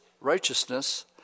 righteousness